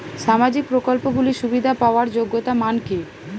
সামাজিক প্রকল্পগুলি সুবিধা পাওয়ার যোগ্যতা মান কি?